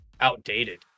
outdated